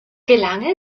gelang